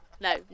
no